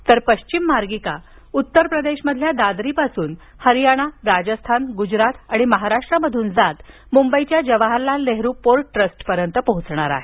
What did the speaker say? तर पश्चिम मार्गिका उत्तर प्रदेशमधील दादरीपासून हरियाना राजस्थान गुजरात आणि महाराष्ट्रामधून जात मुंबईच्या जवाहरलाल नेहरू पोर्ट ट्रस्टपर्यंत पोहोचणार आहे